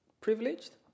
privileged